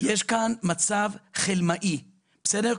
יש כאן מצב חלמאי, בסדר?